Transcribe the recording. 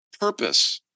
purpose